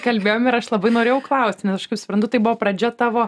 kalbėjom ir aš labai norėjau klaust nes aš kaip suprantu tai buvo pradžia tavo